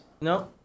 no